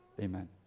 amen